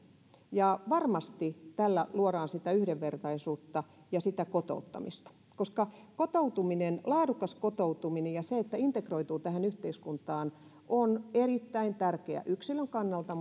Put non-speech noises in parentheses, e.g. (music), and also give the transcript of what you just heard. ja varmasti tällä luodaan sitä yhdenvertaisuutta ja sitä kotouttamista koska kotoutuminen laadukas kotoutuminen ja se että integroituu tähän yhteiskuntaan on erittäin tärkeää yksilön kannalta (unintelligible)